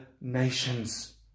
nations